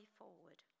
forward